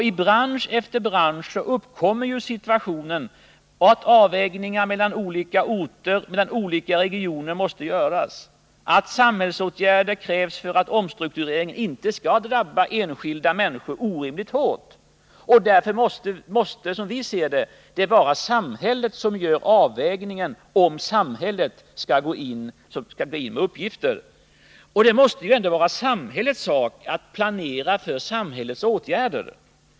I bransch efter bransch uppkommer ju situationen att avvägningar måste göras mellan olika orter och olika regioner, att samhällets åtgärder krävs för att omstruktureringen inte skall drabba enskilda människor orimligt hårt. Därför måste det, som vi ser det, vara samhället som gör avvägningen, om samhället skall gå in med åtgärder. Det måste ändå vara samhällets sak att planera för samhällets åtgärder.